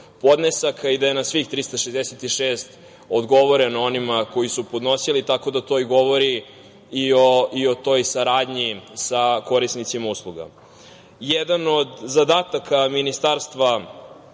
i da je na svih 366 odgovoreno onima koji su podnosili, tako da to govori i o toj saradnji sa korisnicima usluga. Jedan od zadataka Ministarstva